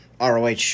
ROH